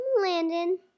Landon